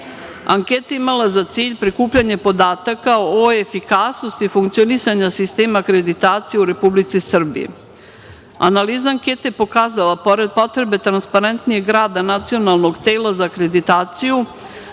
je imala za cilj prikupljanje podataka o efikasnosti funkcionisanja sistema akreditacije u Republici Srbiji. Analiza ankete je pokazala pored potrebe transparentnijeg rada Nacionalnog tela za akreditaciju